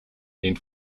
den